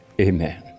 amen